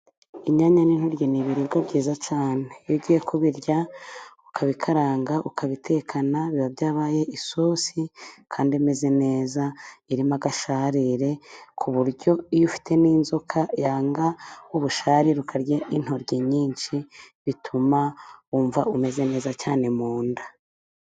inyanya n'intoryi ni ibiribwa byiza cyane, iyo ugiye kubirya ukabikaranga, ukabitekana, biba byabaye isosi kandi imeze neza, irimo agasharire, ku buryo iyo ufitemo inzoka yanga ubusharire ukarya n' intoryi nyinshi bituma wumva umeze neza cyane mu nda.